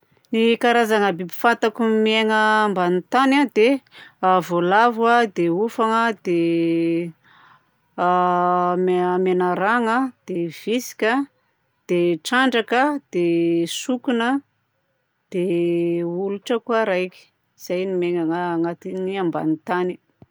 Ny karazagna b- miaina ambanin'ny tany a dia: voalavo a, dia hofa a, dia a me- menaragna, dia vitsika a, dia trandraka a, dia sokona a, dia holitra koa raika. Izay ny miaina agnatin'ny ambany tany.